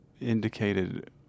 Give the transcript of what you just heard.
indicated